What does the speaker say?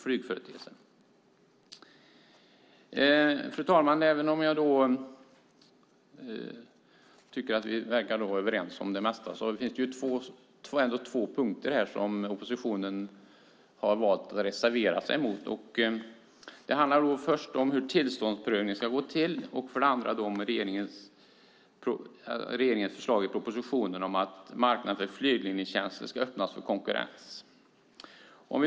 Fru talman! Jag kan tycka att vi verkar vara överens om det mesta. Men det finns två punkter där oppositionen har valt att reservera sig. Den ena punkten handlar om hur tillståndsprövning ska gå till, och den andra punkten handlar om regeringens förslag i propositionen om att marknaden för flygledningstjänster ska öppnas för konkurrens.